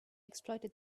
exploited